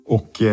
Och